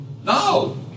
No